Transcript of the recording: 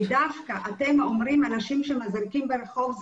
ודווקא אתם אומרים אנשים שמזריקים ברחוב,